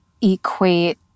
equate